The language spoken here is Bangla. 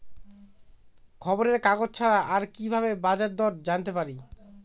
খবরের কাগজ ছাড়া আর কি ভাবে বাজার দর জানতে পারি?